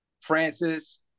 Francis